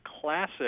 classic